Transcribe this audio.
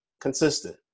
consistent